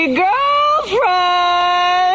girlfriend